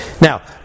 Now